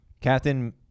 Captain